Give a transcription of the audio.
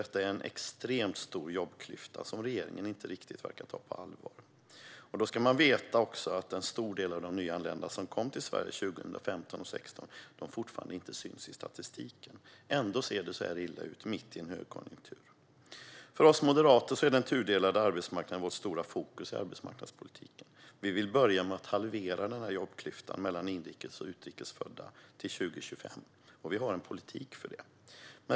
Detta är en extremt stor jobbklyfta, som regeringen inte riktigt verkar ta på allvar. Man ska också veta att en stor del av de nyanlända som kom till Sverige 2015-2016 fortfarande inte syns i statistiken. Ändå ser det så här illa ut, mitt i en högkonjunktur. För oss moderater är den tudelade arbetsmarknaden vårt stora fokus i arbetsmarknadspolitiken. Vi vill börja med att halvera jobbklyftan mellan inrikes och utrikes födda till 2025, och vi har en politik för det.